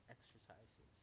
Exercises